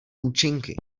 účinky